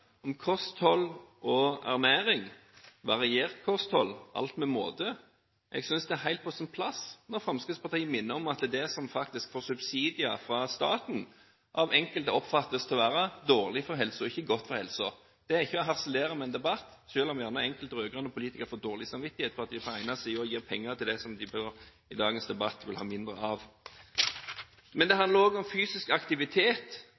om kosthold og ernæring, variert kosthold, og alt med måte. Jeg synes det er helt på sin plass når Fremskrittspartiet minner om at det som faktisk får subsidier fra staten, av enkelte oppfattes til å være dårlig for helsen, ikke godt for helsen. Det er ikke å harselere med en debatt, selv om gjerne enkelte rød-grønne politikere får dårlig samvittighet for at de gir penger til det som de i dagens debatt vil ha mindre av. Men det handler også om fysisk aktivitet;